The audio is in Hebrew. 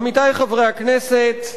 עמיתי חברי הכנסת,